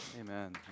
Amen